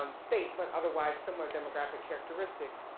um state but otherwise similar demographic characteristics,